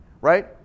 right